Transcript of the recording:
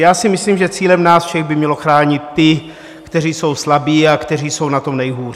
Já si myslím, že cílem nás všech by mělo být chránit ty, kteří jsou slabí a kteří jsou na tom nejhůř.